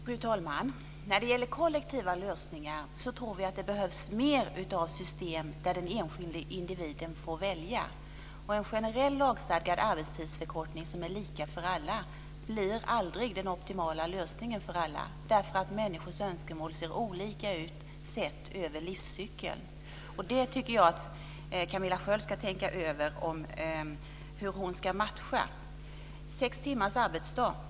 Fru talman! När det gäller kollektiva lösningar tror vi att det behövs mer av system där den enskilde individen får välja. En generell lagstadgad arbetstidsförkortning som är lika för alla blir aldrig den optimala lösningen för alla. Människors önskemål ser olika ut sett över livscykeln. Det tycker jag att Camilla Sköld Jansson ska tänka över hur hon ska matcha. Alla vill inte ha sex timmars arbetsdag.